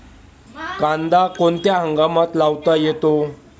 कांदा कोणत्या हंगामात लावता येतो?